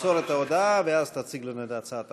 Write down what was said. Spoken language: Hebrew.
תמסור את ההודעה, ואז תציג לנו את הצעת